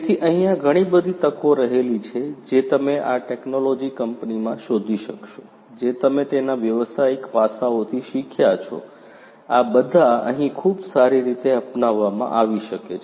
તેથી અહીંયા ઘણી બધી તકો રહેલી છે જે તમે આ ટેકનોલોજી કંપનીમાં શોધી શકશો જે તમે તેના વ્યવસાયિક પાસાઓથી શીખ્યા છો આ બધા અહીં ખૂબ સારી રીતે અપનાવવામાં આવી શકે છે